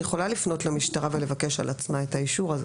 היא יכולה לפנות למשטרה ולבקש על עצמה את האישור הזה.